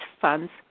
funds